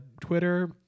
Twitter